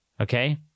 Okay